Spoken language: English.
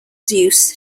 zeus